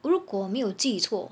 如果我没有记错